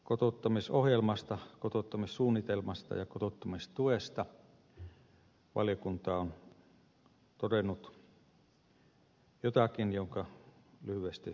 kotouttamisohjelmasta kotouttamissuunnitelmasta ja kotouttamistuesta valiokunta on todennut jotakin minkä lyhyesti mainitsen